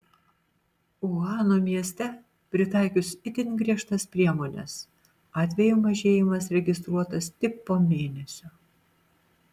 uhano mieste pritaikius itin griežtas priemones atvejų mažėjimas registruotas tik po mėnesio